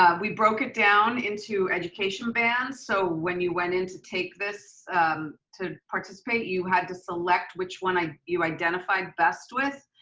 we broke it down into education bands. so when you went into take this to participate, you had to select which one you identified best with.